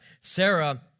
Sarah